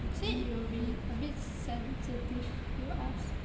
see it will be a bit sensitive to ask